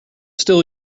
still